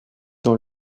dans